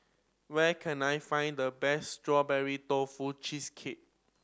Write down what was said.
where can I find the best Strawberry Tofu Cheesecake